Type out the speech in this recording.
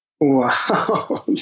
Wow